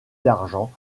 d’argent